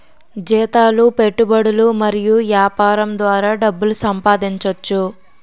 జీతాలు పెట్టుబడులు మరియు యాపారం ద్వారా డబ్బు సంపాదించోచ్చు